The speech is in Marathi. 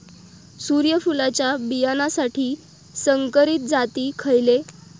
सूर्यफुलाच्या बियानासाठी संकरित जाती खयले?